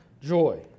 joy